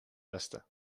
westen